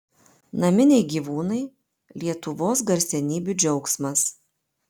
naminiai gyvūnai lietuvos garsenybių džiaugsmas